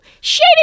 Shady